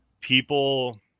People